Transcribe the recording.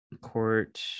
court